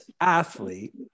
athlete